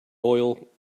oil